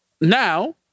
now